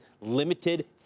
limited